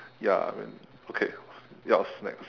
ya I mean okay yours next